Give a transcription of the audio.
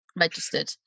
registered